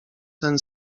ten